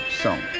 song